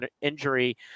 injury